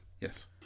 Yes